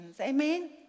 Amen